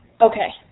okay